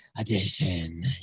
edition